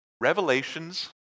revelations